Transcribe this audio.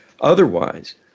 otherwise